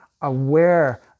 aware